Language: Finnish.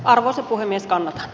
arvoisa puhemies täällä